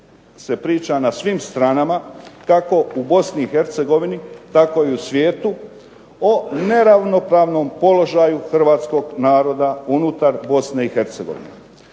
se priča na svim stranama kako u Bosni i Hercegovini, tako i u svijetu o neravnopravnom položaju hrvatskog naroda unutar Bosne